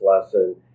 lesson